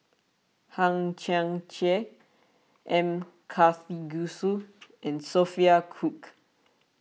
Hang Chang Chieh M Karthigesu and Sophia Cooke